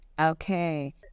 Okay